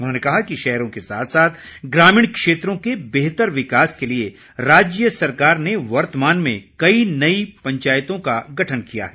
उन्होंने कहा कि शहरों के साथ साथ ग्रामीण क्षेत्रों के बेहतर विकास के लिए राज्य सरकार ने वर्तमान में नई पंचायतों के गठन का निर्णय लिया है